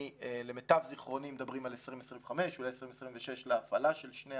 למיטב זכרוני מדברים על 2025, אולי 2026 לפתיחת